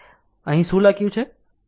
અહીં શું લખ્યું છે